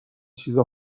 چیزا